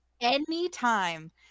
Anytime